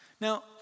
Now